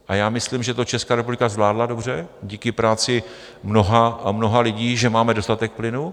A já myslím, že to Česká republika zvládla dobře díky práci mnoha a mnoha lidí, že máme dostatek plynu.